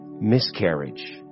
miscarriage